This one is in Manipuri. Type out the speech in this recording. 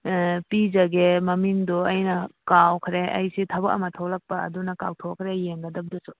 ꯄꯤꯖꯒꯦ ꯃꯃꯤꯡꯗꯨ ꯑꯩꯅ ꯀꯥꯎꯈ꯭ꯔꯦ ꯑꯩꯁꯤ ꯊꯕꯛ ꯑꯃ ꯊꯣꯛꯂꯛꯄ ꯑꯗꯨꯅ ꯀꯥꯎꯊꯣꯛꯈ꯭ꯔꯦ ꯌꯦꯡꯒꯗꯕꯗꯨꯁꯨꯨ